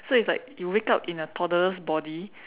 so it's like you wake up in a toddler's body